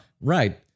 right